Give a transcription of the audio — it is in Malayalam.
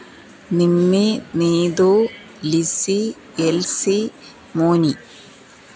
നിമ്മി നീതു ലിസി എല്സി മോനി